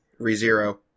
ReZero